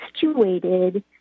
situated